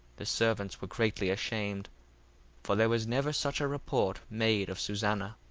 the servants were greatly ashamed for there was never such a report made of susanna.